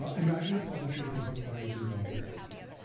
um imagine a publisher with a book by a zimbabwean author.